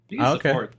okay